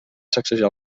sacsejar